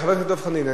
חבר הכנסת דב חנין,